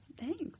Thanks